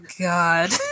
God